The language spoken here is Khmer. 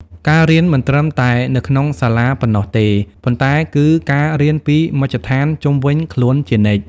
ការរៀនមិនត្រឹមតែនៅក្នុងសាលាប៉ុណ្ណោះទេ ប៉ុន្តែគឺការរៀនពីមជ្ឈដ្ឋានជុំវិញខ្លួនជានិច្ច។